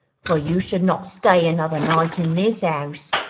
for you should not stay another night in this house,